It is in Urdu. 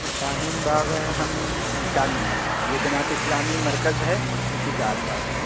شاہین باغ ہیں ہم چار نمبر پہ ہیں یہ جماعت اسلامی مرکز ہے اسی کے آس پاس میں